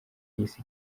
y’isi